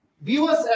viewers